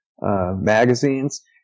magazines